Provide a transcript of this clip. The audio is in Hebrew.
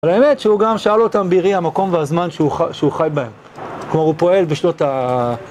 אבל האמת שהוא גם שאל אותם בראי המקום והזמן שהוא חי בהם. כלומר הוא פועל בשנות ה...